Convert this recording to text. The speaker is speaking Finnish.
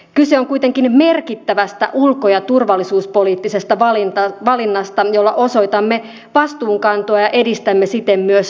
kyse on kuitenkin merkittävästä ulko ja turvallisuuspoliittisesta valinnasta jolla osoitamme vastuunkantoa ja edistämme siten myös turvallisuuttamme